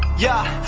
yeah,